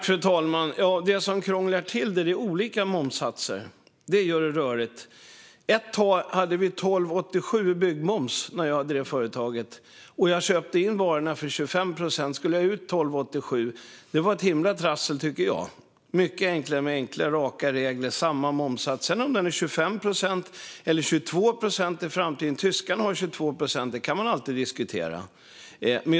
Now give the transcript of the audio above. Fru talman! Det som krånglar till det är att det är olika momssatser. Det gör det rörigt. Ett tag när jag drev företag hade vi 12,87 i byggmoms, och jag köpte in varorna för 25 procent. Att få ut 12,87 var ett himla trassel, tyckte jag. Det är mycket enklare med raka, enkla regler och samma momssats. Om den sedan ska vara 25 eller 22 procent i framtiden kan man alltid diskutera - tyskarna har 22 procent.